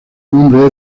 nombre